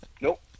Nope